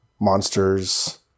monsters